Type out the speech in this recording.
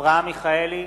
אברהם מיכאלי,